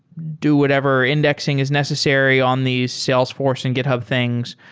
do whatever indexing is necessary on these salesforce and github things.